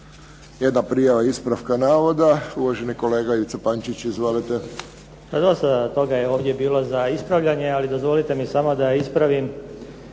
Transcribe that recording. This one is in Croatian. Jedna prijava ispravka navoda. Uvaženi kolega Ivica Pančić. Izvolite. **Pančić, Ivica (SDP)** Pa dosta toga je ovdje bilo za ispravljanje, ali dozvolite mi samo da ispravim